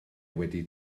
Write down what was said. wedi